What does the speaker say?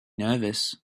nervous